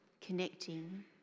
connecting